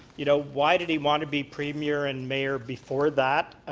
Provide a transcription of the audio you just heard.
you know, why did he want to be premiere and mayor before that?